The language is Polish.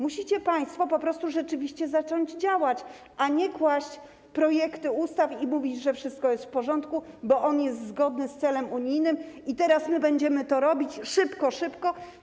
Musicie państwo po prostu rzeczywiście zacząć działać, a nie kłaść projekty ustaw i mówić, że wszystko jest w porządku, bo one są zgodne z celem unijnym, i że teraz będziemy to szybko, szybko robić.